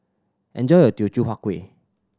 enjoy your Teochew Huat Kueh